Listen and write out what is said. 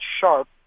Sharp